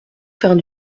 faire